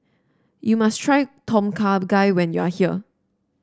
you must try Tom Kha Gai when you are here